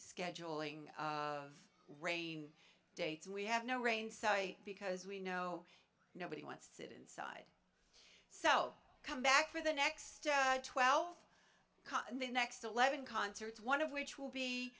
scheduling of rain dates and we have no rain so because we know nobody wants to sit inside so come back for the next twelve and the next eleven concerts one of which will be